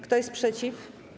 Kto jest przeciw?